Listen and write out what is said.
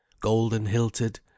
golden-hilted